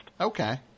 okay